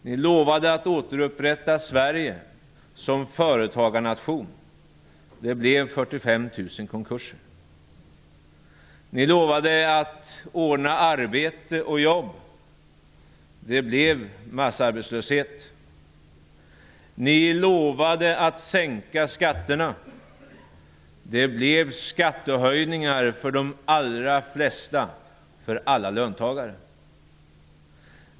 Ni lovade att återupprätta Sverige som företagarnation. Det blev 45 000 konkurser. Ni lovade att ordna arbete och jobb. Det blev massarbetslöshet. Ni lovade att sänka skatterna. Det blev skattehöjningar för de allra flesta, för alla löntagare.